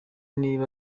niba